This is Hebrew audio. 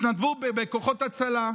התנדבו בכוחות הצלה,